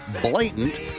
blatant